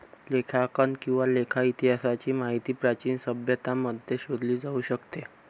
लेखांकन किंवा लेखा इतिहासाची माहिती प्राचीन सभ्यतांमध्ये शोधली जाऊ शकते